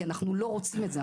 כי אנחנו לא רוצים את זה.